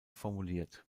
formuliert